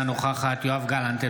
אינה נוכחת יואב גלנט,